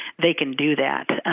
they can do that,